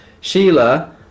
Sheila